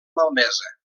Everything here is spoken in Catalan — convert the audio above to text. malmesa